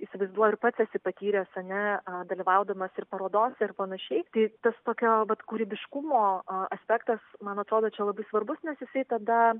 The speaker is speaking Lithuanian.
įsivaizduoju ir pats esi patyręs ar ne dalyvaudamas ir parodose ir panašiai tai tas tokio vat kūrybiškumo aspektas man atrodo čia labai svarbus nes jisai tada